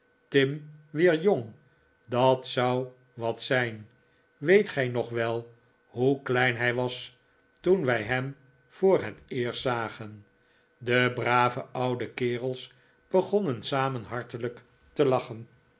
tim weer jong dat zou wat zijn weet gij nog wel hoe klein hij was toen wij hem voor het eerst zagen de brave oude kerels begonnen samen hartelijk te lachen